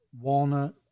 walnut